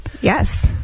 Yes